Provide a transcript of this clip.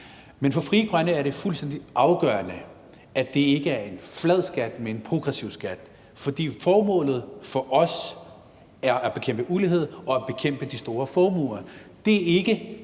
Men for Frie Grønne er det fuldstændig afgørende, at det ikke er en flad skat, men en progressiv skat, for formålet for os er at bekæmpe ulighed og at bekæmpe de store formuer.